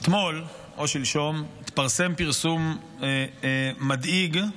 התפרסם פרסום מדאיג.